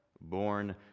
Born